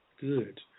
Good